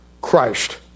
Christ